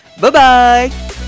Bye-bye